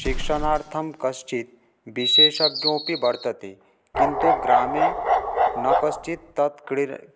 शिक्षणार्थं कश्चित् विशेषज्ञोऽपि वर्तते किन्तु ग्रामे न कश्चित् तत्